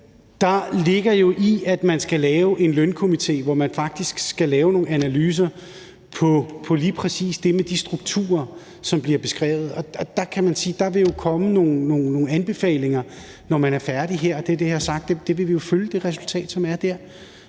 det ligger, at man skal lave en lønstrukturkomité, hvor man faktisk skal lave nogle analyser af lige præcis det med de strukturer, som bliver beskrevet. Og der kan man sige, at der jo vil komme nogle anbefalinger, når man er færdig her. Det er det, jeg har sagt, at vi jo vil følge, altså det resultat, som kommer der.